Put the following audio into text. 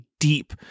deep